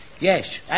Yes